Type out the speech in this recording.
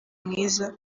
mwiza